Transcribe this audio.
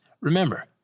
Remember